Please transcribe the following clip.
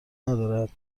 ندارد